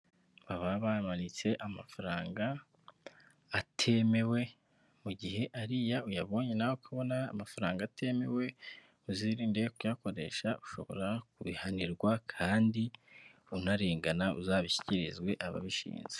Baba bamanitse amafaranga atemewe mu gihe ariya uyabonye nawe ukubona amafaranga atemewe uzirinde kuyakoresha ushobora kubihanirwa kandi unarengana uzabishyikirizwe ababishinze.